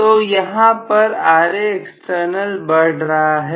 तो यहां पर Ra एक्सटर्नल बढ़ रहा है